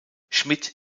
schmid